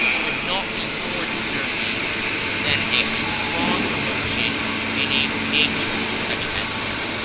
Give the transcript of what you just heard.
would not be more disturbing than a strong emotion in a nature such as his.